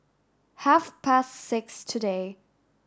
half past six today